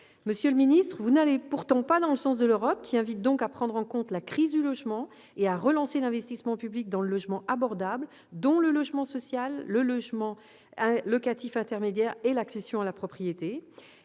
Monsieur le ministre, vous n'allez pas dans le sens de l'Europe, qui invite donc à prendre en compte la crise du logement et à relancer l'investissement public dans « le logement abordable », dont le logement social, le locatif intermédiaire et l'accession à la propriété.